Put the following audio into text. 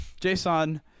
Jason